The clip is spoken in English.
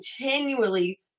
continually